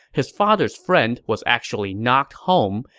his father's friend was actually not home,